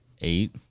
eight